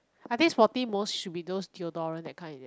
I think forty most should be those deodorant that kind is it